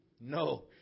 No